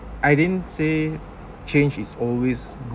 I didn't say change is always good